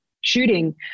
shooting